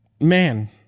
Man